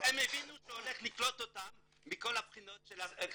הם הבינו שהוא הולך לקלוט אותם מכל הבחינות של חינוך,